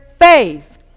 faith